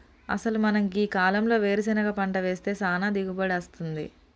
అసలు మనం గీ కాలంలో వేరుసెనగ పంట వేస్తే సానా దిగుబడి అస్తుంది